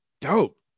dope